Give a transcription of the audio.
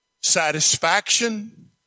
satisfaction